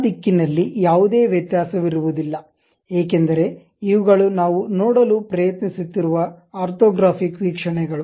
ಆ ದಿಕ್ಕಿನಲ್ಲಿ ಯಾವುದೇ ವ್ಯತ್ಯಾಸವಿರುವುದಿಲ್ಲ ಏಕೆಂದರೆ ಇವುಗಳು ನಾವು ನೋಡಲು ಪ್ರಯತ್ನಿಸುತ್ತಿರುವ ಆರ್ಥೋಗ್ರಾಫಿಕ್ ವೀಕ್ಷಣೆಗಳು